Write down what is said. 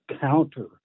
counter